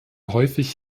häufig